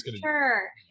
sure